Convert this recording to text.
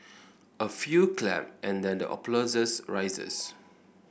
a few clap and then the applause rises